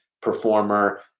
performer